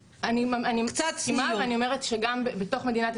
מזכיר איגוד חכמי המערב ואני גם יו"ר דיין בגיור בבתי דין פרטיים,